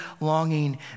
longing